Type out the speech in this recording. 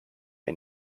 and